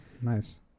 Nice